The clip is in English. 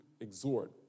exhort